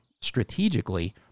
strategically